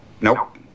Nope